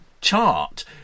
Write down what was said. chart